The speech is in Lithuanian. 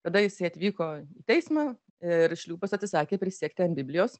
tada jisai atvyko teismą ir šliūpas atsisakė prisiekti ant biblijos